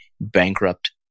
bankrupt